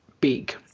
big